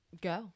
go